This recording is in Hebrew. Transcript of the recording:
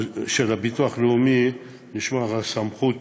הביטוח הלאומי נשמרת הסמכות